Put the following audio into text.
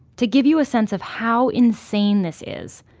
to give you a sense of how insane this is,